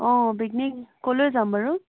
অ' picnic ক'লৈ যাম বাৰু